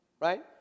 Right